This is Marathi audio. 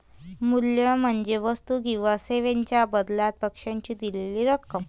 मूल्य म्हणजे वस्तू किंवा सेवांच्या बदल्यात पक्षाने दिलेली रक्कम